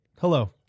Hello